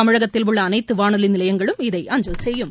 தமிழகத்தில் உள்ள அனைத்து வானொலி நிலையங்களும் இதை அஞ்சல் செய்யும்